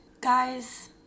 guys